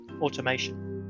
automation